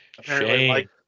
Shame